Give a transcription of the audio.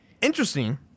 interesting